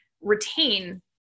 retain